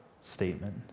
statement